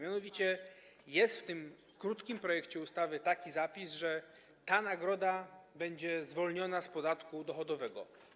Mianowicie jest w tym krótkim projekcie ustawy taki zapis, że ta nagroda będzie zwolniona z podatku dochodowego.